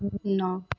नौ